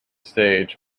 stage